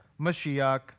Mashiach